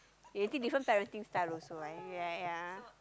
you think parenting style also ya right ya